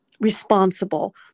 responsible